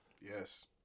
Yes